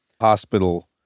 hospital